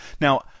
Now